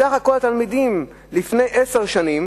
מסך כל התלמידים, לפני עשר שנים